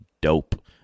dope